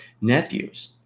nephews